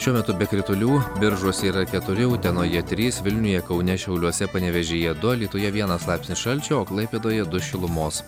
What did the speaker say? šiuo metu be kritulių biržuose yra keturi utenoje trys vilniuje kaune šiauliuose panevėžyje du alytuje vienas laipsnis šalčio o klaipėdoje du šilumos